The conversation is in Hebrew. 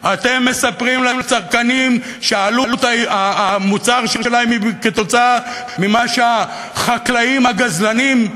אתם מספרים לצרכנים שעלות המוצר שלהם היא תוצאה של מה שהחקלאים הגזלנים,